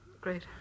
Great